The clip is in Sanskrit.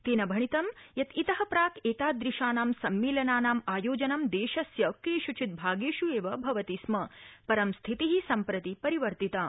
तेन भणितं यत इतः प्राक एतादृशानां सम्मेलनानाम् आयोजनं देशस्य केष्चित् भागेष् एव भवति स्म परं स्थितिः सम्प्रति परिवर्तिता